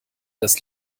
das